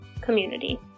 community